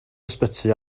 ysbyty